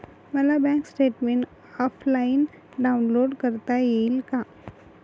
मला bank statement offline download करता येईल का?